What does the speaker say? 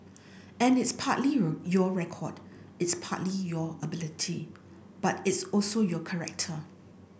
and it's partly your record it's partly your ability but it's also your character